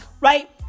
right